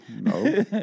No